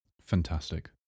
Fantastic